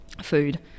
food